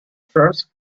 first